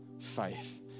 faith